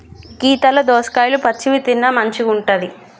గీతల దోసకాయలు పచ్చివి తిన్న మంచిగుంటది